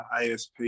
ASP